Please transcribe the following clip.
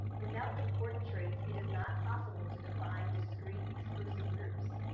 without concordant traits, it is not possible to define discreet elusive groups.